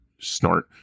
snort